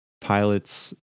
pilots